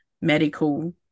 medical